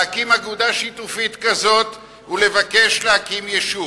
להקים אגודה שיתופית כזאת ולבקש להקים יישוב.